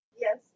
Yes